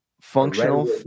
functional